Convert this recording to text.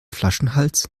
flaschenhals